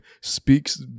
speaks